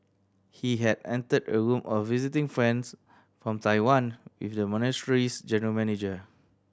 he had entered a room a visiting friends from Taiwan with the monastery's general manager